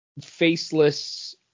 Faceless